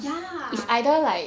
ya